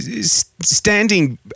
standing